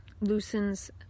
loosens